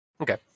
Okay